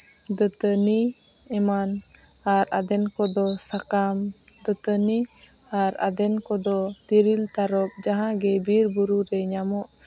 ᱫᱟᱹᱛᱟᱹᱱᱤ ᱮᱢᱟᱱ ᱟᱨ ᱟᱫᱷᱮᱱ ᱠᱚᱫᱚ ᱥᱟᱠᱟᱢ ᱫᱟᱹᱛᱟᱹᱱᱤ ᱟᱨ ᱟᱫᱷᱮᱱ ᱠᱚᱫᱚ ᱛᱤᱨᱤᱞ ᱛᱟᱨᱚᱯ ᱡᱟᱦᱟᱸ ᱜᱮ ᱵᱤᱨᱼᱵᱩᱨᱩ ᱨᱮ ᱧᱟᱢᱚᱜ